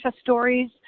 stories